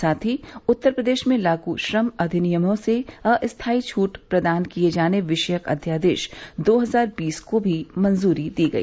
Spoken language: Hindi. साथ ही उत्तर प्रदेश में लागू श्रम अधिनियमों से अस्थाई छूट प्रदान किए जाने विषयक अध्यादेश दो हजार बीस को भी मंजूरी दी गई